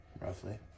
Roughly